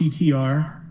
CTR